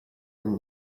and